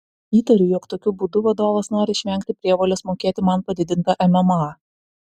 įtariu jog tokiu būdu vadovas nori išvengti prievolės mokėti man padidintą mma